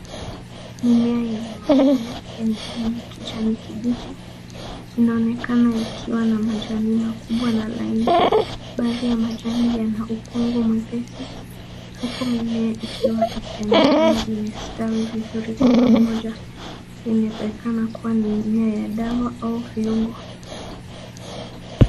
Mimea yenye majani yenye rangi ya kijani kibichi inaonekana ikiwa na majani makubwa na laini. Baadhi ya majani yana ukungu mwepesi huku mimea ikiwa ikionekana imestawi vizuri kwa pamoja. Inawezekana kuwa ni mimea ya dawa au viungo.